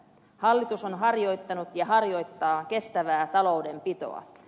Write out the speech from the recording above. hallitus on harjoittanut ja harjoittaa kestävää taloudenpitoa